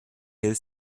hill